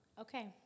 Okay